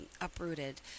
uprooted